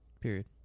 Period